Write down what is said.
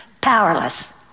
powerless